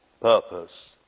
purpose